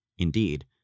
Indeed